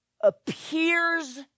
appears